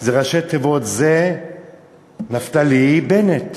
זה ראשי תיבות: זה נפתלי בנט.